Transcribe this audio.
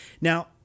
Now